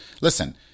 listen